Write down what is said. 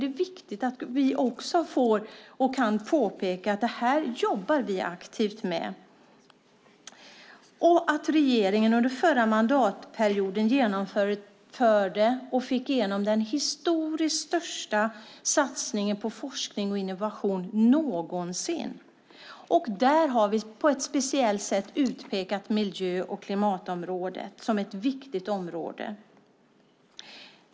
Det är viktigt att vi kan påpeka att vi jobbar aktivt med detta. Under förra mandatperioden genomförde regeringen den historiskt största satsningen på forskning och innovation någonsin. Där har vi särskilt utpekat miljö och klimatområdet som ett viktigt område.